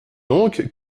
donc